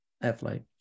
athlete